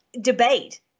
debate